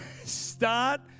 Start